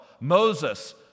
Moses